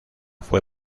fue